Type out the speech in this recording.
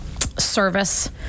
service